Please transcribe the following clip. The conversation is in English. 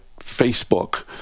Facebook